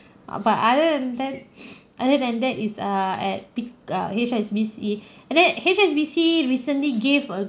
ah but other than that other than that is err at pic~ err H_S_B_C and then H_S_B_C recently give a